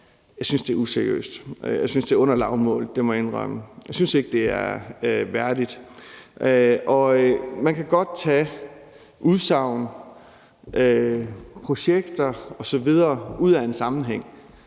Jeg synes, det er useriøst, og jeg synes, det er under lavmålet; det må jeg indrømme. Jeg synes ikke, det er værdigt. Man kan godt tage udsagn, projekter osv. ud af en sammenhæng